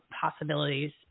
possibilities